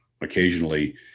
occasionally